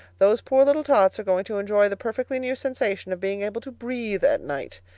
those poor little tots are going to enjoy the perfectly new sensation of being able to breathe at night.